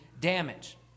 damage